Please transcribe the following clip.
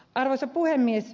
arvoisa puhemies